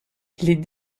les